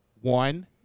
One